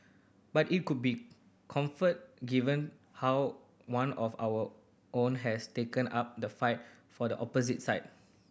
but it cold be comfort given how one of our own has taken up the fight for the opposite side